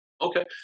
Okay